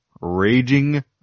raging